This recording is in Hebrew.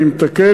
אני מתקן,